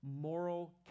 moral